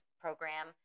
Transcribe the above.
program